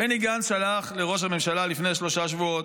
בני גנץ שלח לראש הממשלה לפני שלושה שבועות.